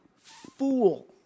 fool